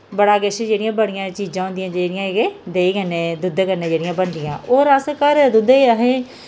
बड़ा किश जेह्ड़ियां बड़ियां चीजां होन्दियां जेह्ड़ियां कि देही कन्नै दुद्ध कन्नै जेह्ड़ियां बनदियां और अस घरै दे दुद्धै असें